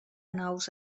naus